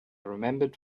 remembered